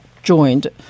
joined